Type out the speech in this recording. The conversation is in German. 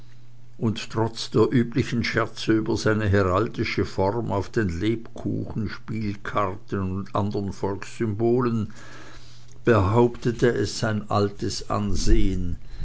und trotz der üblichen scherze über seine heraldische form auf den lebkuchen spielkarten und andern volkssymbolen behauptete es sein altes ansehen